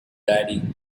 daddy